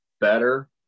better